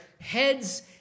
heads